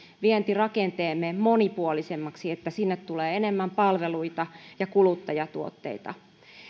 vientirakenteemme monipuolisemmaksi että sinne tulee enemmän palveluita ja kuluttajatuotteita